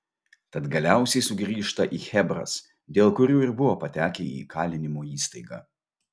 tad galiausiai sugrįžta į chebras dėl kurių ir buvo patekę į įkalinimo įstaigą